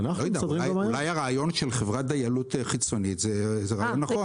אולי הרעיון של חברת דיילות חיצונית זה רעיון נכון,